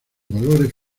valores